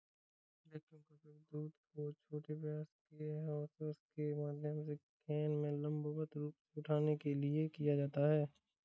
vacuum का उपयोग दूध को छोटे व्यास के होसेस के माध्यम से कैन में लंबवत रूप से उठाने के लिए किया जाता है